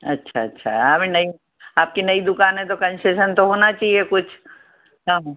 अच्छा अच्छा अभी नहीं आपकी नई दुकान है तो कंशेसन तो होना चाहिए कुछ कम